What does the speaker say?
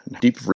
deep